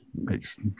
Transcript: makes